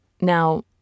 Now